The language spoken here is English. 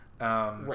right